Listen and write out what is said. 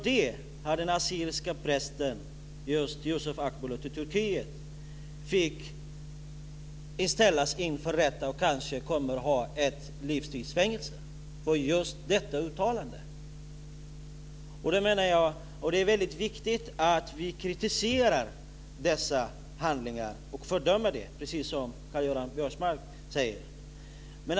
Den assyriske prästen Yusuf Akbulut har i Turkiet ställts inför rätta, och han kanske får livstids fängelse för detta uttalande. Det är väldigt viktigt att vi kritiserar dessa handlingar och fördömer dem, precis som Karl-Göran Biörsmark säger.